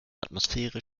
atmosphäre